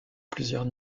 plusieurs